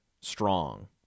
strong